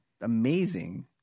amazing